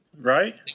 right